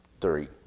three